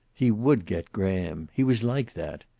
he would get graham he was like that.